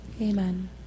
Amen